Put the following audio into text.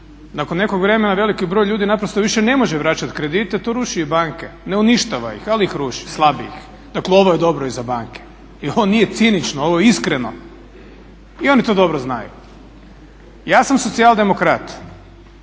nakon nekog vremena veliki broj ljudi naprosto više ne može vraćati kredite, to ruši i banke, ne uništava ih ali ih ruši, slabi ih. Dakle ovo je dobro i za banke i ovo nije cinično ovo je iskreno i oni to dobro znaju. Ja sam socijaldemokrat,